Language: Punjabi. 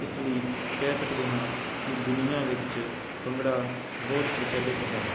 ਇਸ ਲਈ ਕਹਿ ਸਕਦੇ ਹਾਂ ਕਿ ਦੁਨੀਆਂ ਵਿੱਚ ਭੰਗੜਾ ਬਹੁਤ ਪ੍ਰਚਲਿਤ ਹੈ